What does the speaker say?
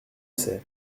sait